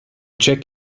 check